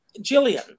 Jillian